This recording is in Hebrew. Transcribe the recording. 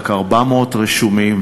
ורק 400 רשומים.